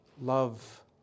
love